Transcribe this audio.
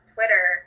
Twitter